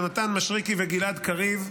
יונתן מישרקי וגלעד קריב,